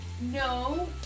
no